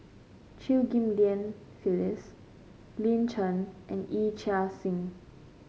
Chew Ghim Lian Phyllis Lin Chen and Yee Chia Hsing